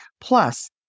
Plus